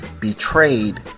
betrayed